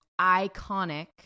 iconic